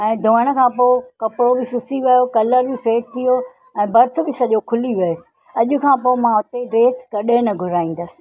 ऐं धुअण खां पोइ कपिड़ो बि सुसी वियो कलर बि फेड थी वियो ऐं बर्थ बि सॼो खुली वियसि अॼ खां पोइ मां हुते ड्रैस कॾहिं न घुराईंदसि